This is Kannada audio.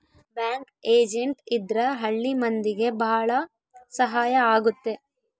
ಬ್ಯಾಂಕ್ ಏಜೆಂಟ್ ಇದ್ರ ಹಳ್ಳಿ ಮಂದಿಗೆ ಭಾಳ ಸಹಾಯ ಆಗುತ್ತೆ